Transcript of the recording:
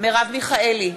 מרב מיכאלי,